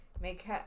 make